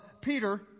Peter